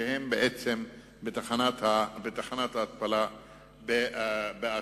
שהם בעצם בתחנת ההתפלה באשקלון.